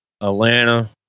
Atlanta